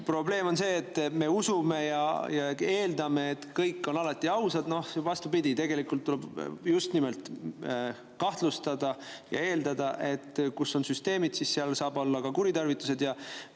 probleem on see, et me usume ja eeldame, et kõik on alati ausad. Aga tegelikult tuleb, vastupidi, just nimelt kahtlustada ja eeldada, et kus on süsteemid, seal saavad olla ka kuritarvitused.